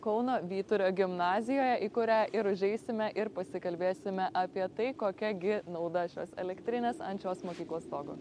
kauno vyturio gimnazijoje į kurią ir užeisime ir pasikalbėsime apie tai kokia gi nauda šios elektrinės ant šios mokyklos stogo